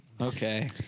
Okay